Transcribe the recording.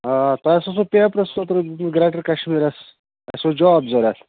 آ آ تۄہہِ حظ اوسوٕ پیٚپرَس اوترٕ گرٛیٹَر کَشمیٖرَس اَسہِ اوس جاب ضروٗرت